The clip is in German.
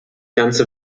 ganze